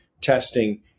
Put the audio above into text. testing